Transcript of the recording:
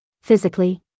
Physically